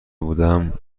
بودم